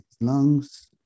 lungs